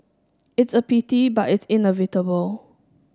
it's a pity but it's inevitable